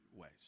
ways